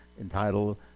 entitled